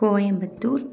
Coimbatore